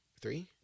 three